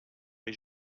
les